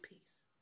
peace